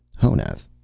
honath,